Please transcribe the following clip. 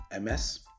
MS